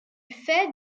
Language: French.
fait